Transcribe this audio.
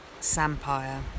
sampire